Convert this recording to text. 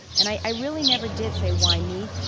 and i really never did say, why me?